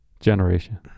generation